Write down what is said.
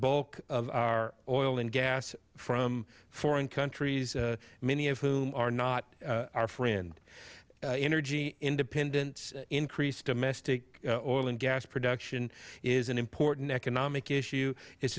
bulk of our oil and gas from foreign countries many of whom are not our friend energy independence increased domestic oil and gas production is an important economic issue it's